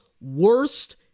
worst